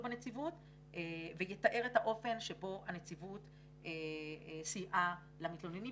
בנציבות ויתאר את האופן בו הנציבות סייעה למתלוננים.